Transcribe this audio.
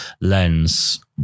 lens